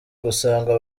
gusanga